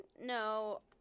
No